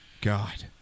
God